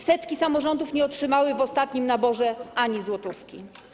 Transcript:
Setki samorządów nie otrzymały w ostatnim naborze ani złotówki.